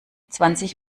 zwanzig